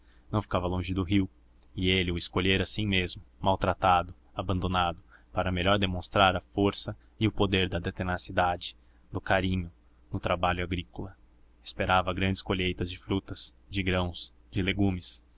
não ficava longe do rio e ele o escolhera assim mesmo maltratado abandonado para melhor demonstrar a força e o poder da tenacidade do carinho no trabalho agrícola esperava grandes colheitas de frutas de grãos de legumes